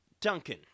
Duncan